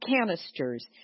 canisters